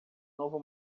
novo